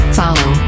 follow